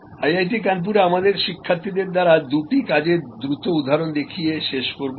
IIT কানপুরে আমাদের শিক্ষার্থীদের দ্বারা করা দুটি কাজের দ্রুত উদাহরণ দেখিয়ে শেষ করব